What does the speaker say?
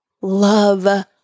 love